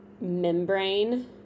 membrane